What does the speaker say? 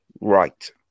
right